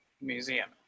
museum